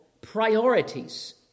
priorities